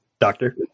Doctor